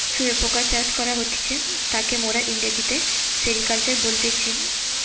শুয়োপোকা চাষ করা হতিছে তাকে মোরা ইংরেজিতে সেরিকালচার বলতেছি